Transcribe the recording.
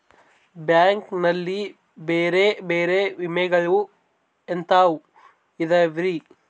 Bank ನಲ್ಲಿ ಬೇರೆ ಬೇರೆ ವಿಮೆಗಳು ಎಂತವ್ ಇದವ್ರಿ?